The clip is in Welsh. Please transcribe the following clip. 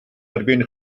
erbyn